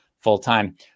full-time